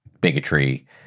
bigotry